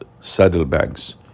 saddlebags